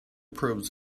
probes